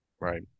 right